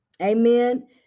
Amen